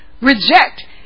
reject